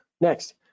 Next